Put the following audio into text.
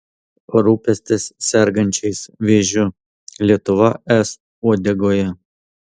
rūpestis sergančiais vėžiu lietuva es uodegoje